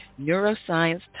neuroscience